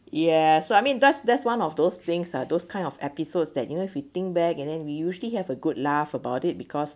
ya so I mean that's that's one of those things ah those kind of episodes that you know if we think back and then we usually have a good laugh about it because